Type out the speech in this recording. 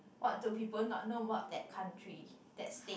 what do people not know about that country that state